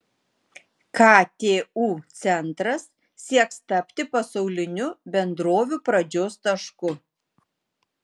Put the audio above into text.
ktu centras sieks tapti pasaulinių bendrovių pradžios tašku